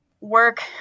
work